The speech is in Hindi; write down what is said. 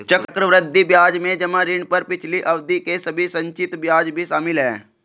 चक्रवृद्धि ब्याज में जमा ऋण पर पिछली अवधि के सभी संचित ब्याज भी शामिल हैं